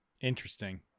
Interesting